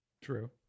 True